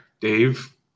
dave